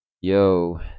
Yo